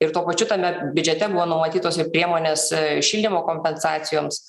ir tuo pačiu tame biudžete buvo numatytos ir priemonės šildymo kompensacijoms